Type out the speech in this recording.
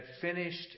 finished